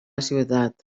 ciutat